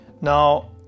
Now